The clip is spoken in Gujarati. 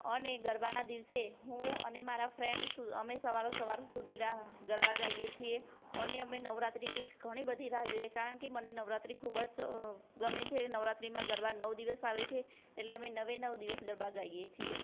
અને ગરબાના દિવસે હું અને મારા ફ્રેન્ડસ શું અમે સવારો સવાર સુધી રાહ ગરબા ગાઈએ છીએ અને અમે નવરાત્રિની ઘણી બધી રાહ જોઈએ કારણ કે મને નવરાત્રી ખૂબ જ ગમે છે નવરાત્રિમાં ગરબા નવ દિવસ આવે છે એટલે અમે નવે નવ દિવસ ગરબા ગાઈએ છીએ